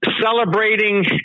celebrating